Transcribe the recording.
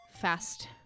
fast